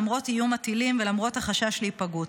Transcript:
למרות איום הטילים ולמרות החשש להיפגעות.